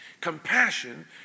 Compassion